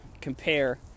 compare